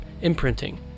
imprinting